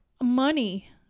money